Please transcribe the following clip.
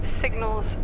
Signals